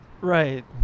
Right